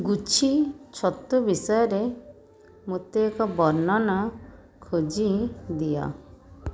ଗୁଛି ଛତୁ ବିଷୟରେ ମୋତେ ଏକ ବର୍ଣ୍ଣନା ଖୋଜି ଦିଅ